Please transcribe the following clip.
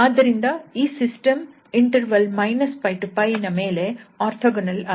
ಆದ್ದರಿಂದ ಈ system interval −𝜋 𝜋 ನ ಮೇಲೆ ಓರ್ಥೋಗೊನಲ್ ಆಗಿವೆ